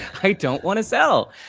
i don't wanna sell,